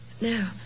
No